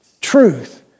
truth